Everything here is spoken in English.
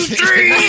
three